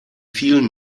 vielen